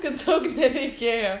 kad daug nereikėjo